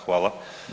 Hvala.